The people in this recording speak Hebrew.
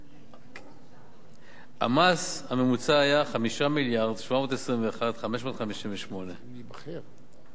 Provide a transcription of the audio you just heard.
המס הממוצע היה 5 מיליון ו-721,558 שקלים.